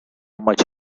much